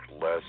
less